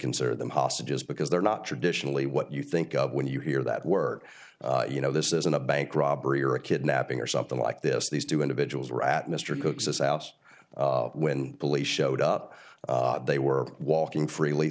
consider them hostages because they're not traditionally what you think of when you hear that word you know this isn't a bank robbery or a kidnapping or something like this these two individuals were at mr cooke's out when police showed up they were walking freely